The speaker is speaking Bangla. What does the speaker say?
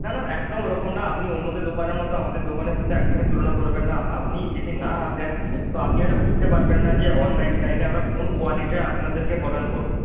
না না একদম ওরকম না আপনি অন্যদের দোকানের মতো আমাদের দোকানের সাথে একদমই তুলনা করবেন না আপনি যদি না আসেন তো আপনি ওইটা বুঝতে পারবেন না যে ওয়ান নাইন্টি নাইনে আমরা কোন কোয়ালিটিটা আপনাদেরকে প্রদান করবো